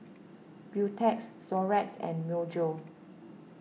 Beautex Xorex and Myojo